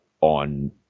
on